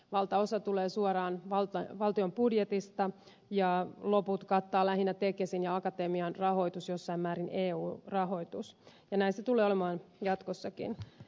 valtaosa tulee suoraan valtion budjetista ja loput kattaa lähinnä tekesin ja akatemian rahoitus jossain määrin eun rahoitus ja näin tulee olemaan jatkossakin